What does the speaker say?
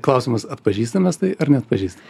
klausimas atpažįstam mes tai ar neatpažįsta